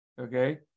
Okay